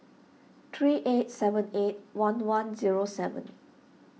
three eight seven eight one one zero seven